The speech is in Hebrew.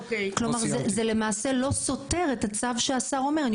כלומר, זה למעשה לא סותר את הצו שהשר ייתן.